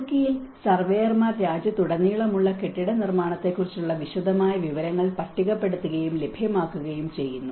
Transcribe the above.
തുർക്കിയിൽ സർവേയർമാർ രാജ്യത്തുടനീളമുള്ള കെട്ടിട നിർമ്മാണത്തെക്കുറിച്ചുള്ള വിശദമായ വിവരങ്ങൾ പട്ടികപ്പെടുത്തുകയും ലഭ്യമാക്കുകയും ചെയ്യുന്നു